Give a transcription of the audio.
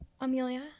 Amelia